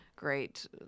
great